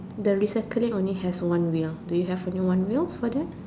the recycling only have one wheel do you have only one wheel for that